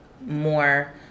more